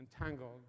entangled